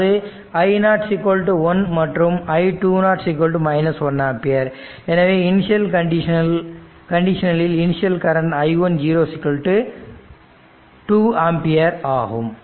அதாவது i 1 மற்றும் i2 1 ampere எனவே இனிஷியல் கண்டிஷனில் இனிசியல் கரண்ட் i1 2 ஆம்பியர் ஆகும்